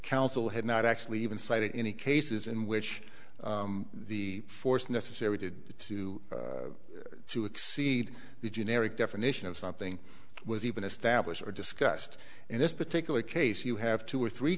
counsel had not actually even cited any cases in which the force necessary to to to exceed the generic definition of something was even established or discussed in this particular case you have two or three